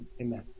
Amen